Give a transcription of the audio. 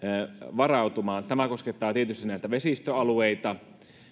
varautumaan tämä koskettaa tietysti vesistöalueita